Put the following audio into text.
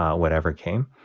whatever came.